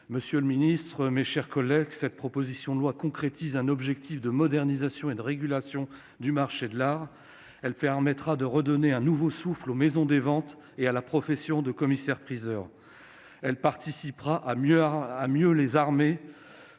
Monsieur le garde des sceaux, mes chers collègues, cette proposition de loi concrétise un objectif de modernisation et de régulation du marché de l'art. Elle permettra de redonner un nouveau souffle aux maisons de vente et à la profession de commissaire-priseur. Elle contribuera à mieux les armer